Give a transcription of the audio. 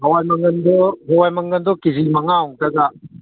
ꯍꯥꯋꯥꯏ ꯃꯪꯒꯜꯗꯣ ꯍꯥꯋꯥꯏ ꯃꯪꯒꯜꯗꯣ ꯀꯦꯖꯤ ꯃꯉꯥꯃꯨꯛꯇꯒ